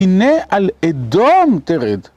הנה על אדום תרד.